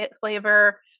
flavor